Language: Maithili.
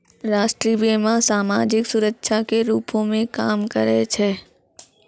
राष्ट्रीय बीमा, समाजिक सुरक्षा के रूपो मे काम करै छै